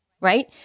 right